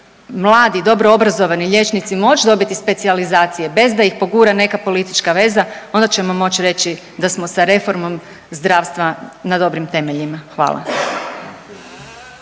mladi dobro obrazovani liječnici moći dobiti specijalizacije bez da ih pogura neka politička veza onda ćemo moći reći da smo sa reformom zdravstva na dobrim temeljima. Hvala.